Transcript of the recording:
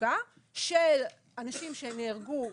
תעסוקה של אנשים שנהרגו,